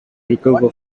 recover